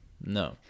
No